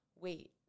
wait